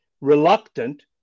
reluctant